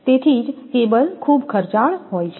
તેથી જ કેબલ ખૂબ ખર્ચાળ હોય છે